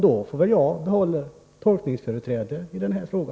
— Då får väl jag tolkningsföreträde i denna fråga.